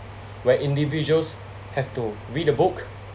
where individuals have to read a book